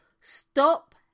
Stop